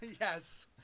Yes